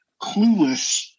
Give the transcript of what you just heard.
clueless